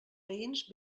veïns